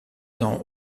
dans